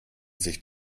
sich